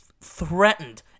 threatened